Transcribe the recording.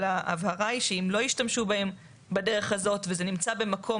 אבל ההבהרה היא שאם לא השתמשו בהם בדרך הזאת וזה נמצא במקום,